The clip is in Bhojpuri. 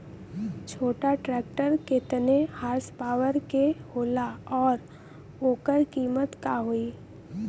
छोटा ट्रेक्टर केतने हॉर्सपावर के होला और ओकर कीमत का होई?